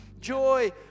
joy